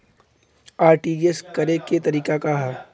RTGS करे के तरीका का हैं?